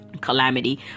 calamity